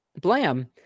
Blam